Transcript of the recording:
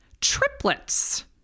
Triplets